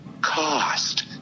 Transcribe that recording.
cost